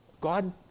God